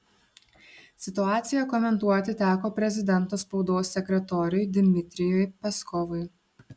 situaciją komentuoti teko prezidento spaudos sekretoriui dmitrijui peskovui